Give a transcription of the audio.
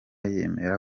yemera